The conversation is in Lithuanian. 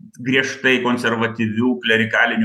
griežtai konservatyvių klerikalinių